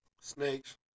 Snakes